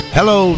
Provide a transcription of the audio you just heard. Hello